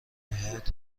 بهت